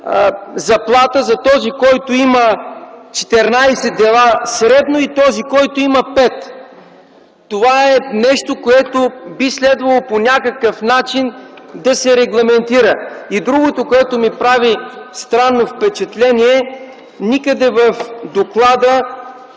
заплата за този, който има 14 дела средно и този, който има 5. Това е нещо, което би следвало по някакъв начин да се регламентира. Другото, което ми прави странно впечатление, е, че никъде в доклада